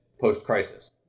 post-crisis